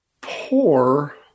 poor